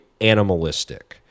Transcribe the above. animalistic